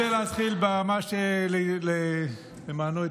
אני רוצה להתחיל במה שלמענו התכנסנו.